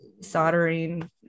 soldering